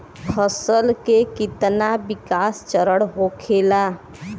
फसल के कितना विकास चरण होखेला?